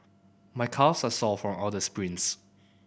my calves are sore from all the sprints